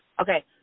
Okay